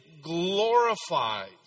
glorifies